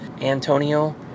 Antonio